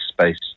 space